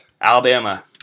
Alabama